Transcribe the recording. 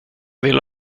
vill